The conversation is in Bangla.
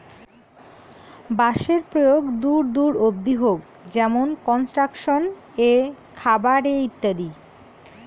বাঁশের প্রয়োগ দূর দূর অব্দি হউক যেমন কনস্ট্রাকশন এ, খাবার এ ইত্যাদি